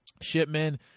Shipman